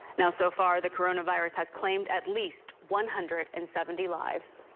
now so far the corona virus has claimed at least one hundred and seventy lives.